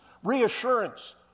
reassurance